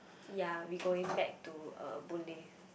ya we going back to uh Boon Lay